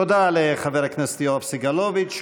תודה לחבר הכנסת יואב סגלוביץ.